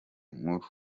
nkuru